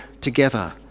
together